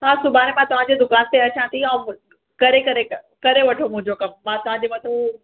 हा सुभाणे मां तव्हांजे दुकान ते अचां थी ऐं करे करे करे वठो मुंहिंजो कम मां तव्हांजे मथों